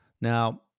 now